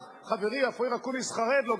שחברי אופיר אקוניס כל כך חרד לו,